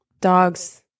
Dogs